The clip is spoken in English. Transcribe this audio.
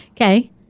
Okay